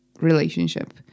relationship